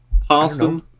Parson